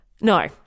No